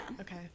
Okay